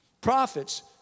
prophets